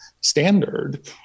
standard